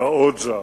והעוג'ה